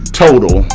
total